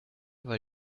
weil